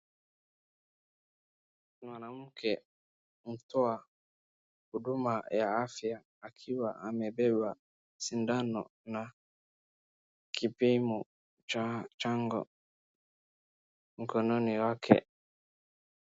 Mwanamke wa kutoa huduma ya afya akiwa amebeba sindano na kipimo cha chanjo mkononi wake .